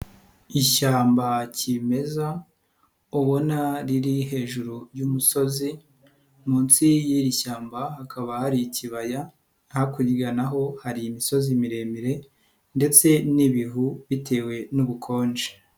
Ishyamba kimeza obona riri hejuru y'umusozi munsi y'iri shyamba hakaba hari ikibaya, hakurya naho hari imisozi miremire ndetse n'ibihu bitewe n'ubukonje.